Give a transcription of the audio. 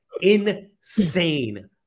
insane